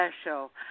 special